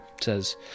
says